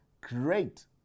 great